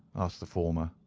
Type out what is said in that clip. asked the former.